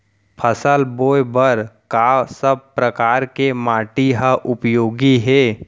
फसल बोए बर का सब परकार के माटी हा उपयोगी हे?